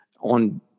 on